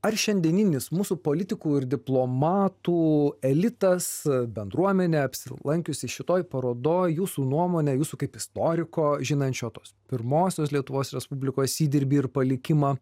ar šiandieninis mūsų politikų ir diplomatų elitas bendruomenė apsilankiusi šitoj parodoj jūsų nuomone jūsų kaip istoriko žinančio tos pirmosios lietuvos respublikos įdirbį ir palikimą